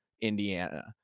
Indiana